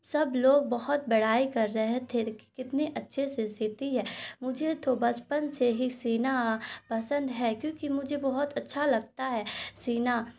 سب لوگ بہت بڑائی کر رہے تھے کہ کتنے اچھے سے سیتی ہے مجھے تو بچپن سے ہی سینا پسند ہے کیونکہ مجھے بہت اچھا لگتا ہے سینا